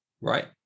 right